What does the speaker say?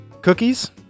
cookies